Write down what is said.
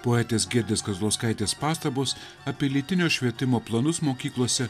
poetės giedrės kazlauskaitės pastabos apie lytinio švietimo planus mokyklose